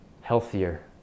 healthier